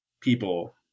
people